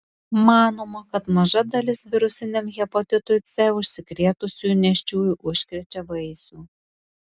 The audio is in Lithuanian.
manoma kad labai maža dalis virusiniu hepatitu c užsikrėtusių nėščiųjų užkrečia vaisių